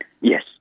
Yes